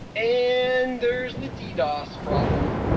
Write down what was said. and there's the ddos problem.